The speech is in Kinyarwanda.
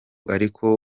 ariko